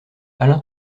alain